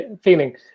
feeling